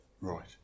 Right